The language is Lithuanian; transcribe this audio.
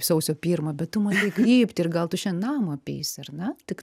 sausio pirmą bet tu matai kryptį ir gal tu šiandien namą apeisi ar ne tik